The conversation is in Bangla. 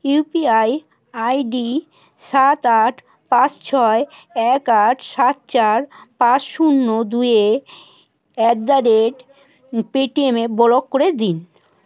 ইউপিআই আইডি সাত আট পাঁচ ছয় এক আট সাত চার পাঁচ শূন্য দুই এ অ্যাট দ্য রেট পেটিএম এ ব্লক করে দিন